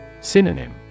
Synonym